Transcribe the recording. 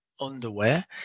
underwear